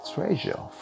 Treasure